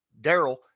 Daryl